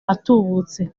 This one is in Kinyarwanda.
atubutse